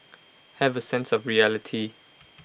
have A sense of reality